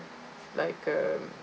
like um